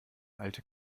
alte